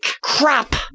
crap